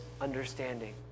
understanding